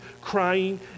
crying